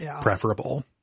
preferable